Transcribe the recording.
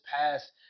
past